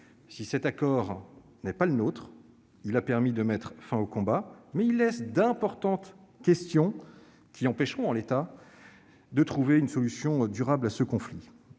Si cet accord n'est pas le nôtre, il a permis de mettre fin aux combats. Mais il laisse ouvertes d'importantes questions, qui empêcheront en l'état de trouver une solution durable à ce conflit.